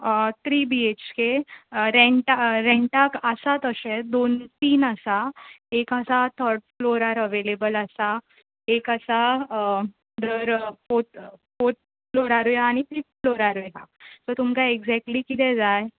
three B H K रँटा रँटाक आसा तशें दोन तीन आसा एक आसा थर्ड फ्लोरार अवेलेबल आसा एक आसा धर फोर्त फोर्त फ्लोरारूय आसा आनी फिफ्त फ्लोरारूय आसा सो तुमकां एग्जॅक्ली कितें जाय